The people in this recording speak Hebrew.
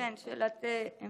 כן, שאלת המשך.